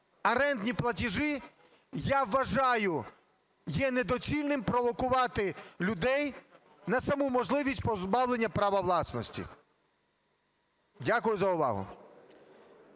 орендні платежі, я вважаю, є недоцільним провокувати людей на саму можливість позбавлення права власності. Дякую за увагу.